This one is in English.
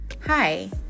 Hi